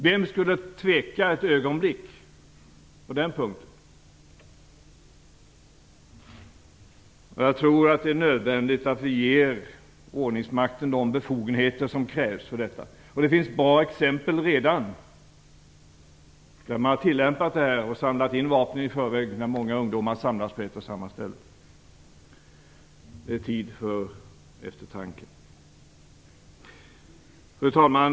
Vem skulle tveka ett ögonblick på den punkten? Jag tror att det är nödvändigt att vi ger ordningsmakten de befogenheter som krävs för detta. Det finns redan bra exempel på att man tillämpat detta och samlat in vapen i förväg när många ungdomar samlas på ett och samma ställe. Det är tid för eftertanke! Fru talman!